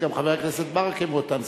גם חבר הכנסת ברכה, מאותן סיבות.